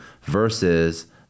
versus